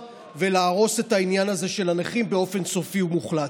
ולהרוס את העניין הזה של הנכים באופן סופי ומוחלט.